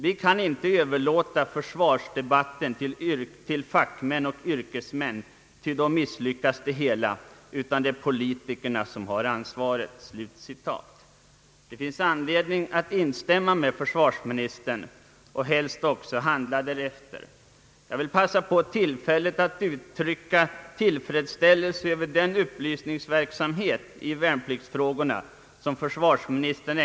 Vi kan inte överlåta försvarsdebatten till fackmän och yrkesmän ty då misslyckas det hela, utan det är politikerna som har ansvaret.» Det finns anledning att instämma med försvarsministern och helst också handla därefter. Jag vill passa på tillfället att uttrycka tillfredsställelse över den upplysningsverksamhet i värnpliktsfrågorna som försvarsministern.